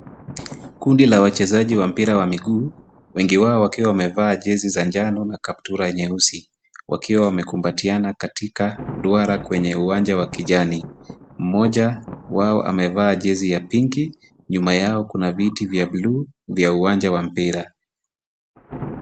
Kundi la wachezaji wa mpira wa mguu. Wengi wao wakiwa wamevaa jezi za njano na kaptula nyeusi wakiwa wamekumbatiana katika duara kwenye uwanja wa kijani. Mmoja wao amevaa jezi ya pinki . Nyuma yao kuna viti vya buluu vya uwanja wa mpira.